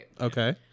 Okay